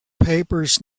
papers